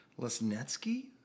Lesnetsky